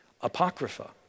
Apocrypha